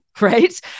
right